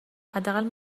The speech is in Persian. حداقل